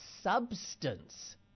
substance